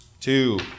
Two